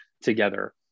together